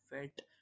fit